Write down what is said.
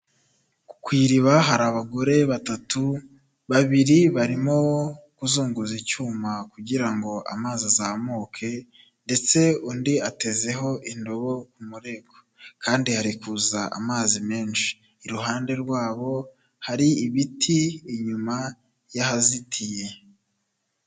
Ku iriba hari abagore batatu; babiri barimo kuzunguza icyuma kugira ngo amazi azamuke, ndetse undi atezeho indobo ku mureko. Kandi hari kuzaza amazi menshi. Iruhande rwabo hari ibiti, inyuma y'ahazitiye.